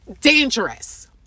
dangerous